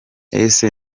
ese